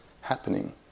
happening